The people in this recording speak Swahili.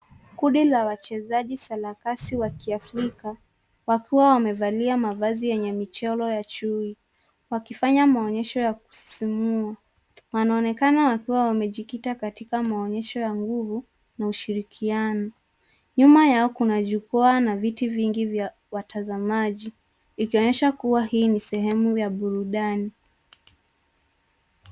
Kundi la wachezaji sarakasi wa kiafrika wakiwa wamevalia mavazi yenye michoro ya chui wakifanya maonyesha ya kusisimua .Wanaonekana wakiwa wamejikita katika maonyesho ya nguvu na ushirikiano. Nyuma yao kuna jukwaa na viti vingi vya watazamaji ikionyesha kuwa hii ni sehemu ya burudani.